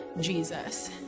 Jesus